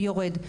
יורד.